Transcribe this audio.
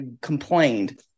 complained